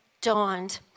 dawned